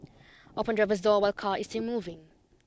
open driver's door while car is still moving